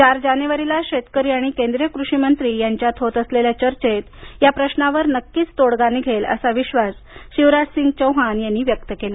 चार जानेवारीला शेतकरी आणि केंद्रीय कृषी मंत्री यांच्यात होत असलेल्या चर्चेत या प्रश्नावर नक्कीच तोडगा निघेल असा विश्वास शिवराज सिंग चौहान यांनी या वेळी व्यक्त केला